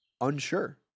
unsure